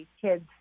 kids